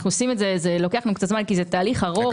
זה לוקח לנו קצת זמן כי זה תהליך ארוך.